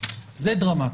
זה דרמטי.